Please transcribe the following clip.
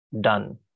done